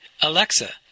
Alexa